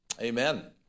Amen